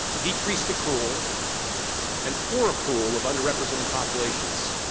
decreased accrual and poor accrual of underrepresented populations.